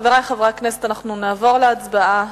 חברי חברי הכנסת, אנחנו נעבור להצבעה.